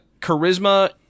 charisma